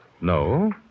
No